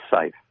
safe